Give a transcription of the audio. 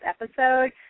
episode